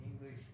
English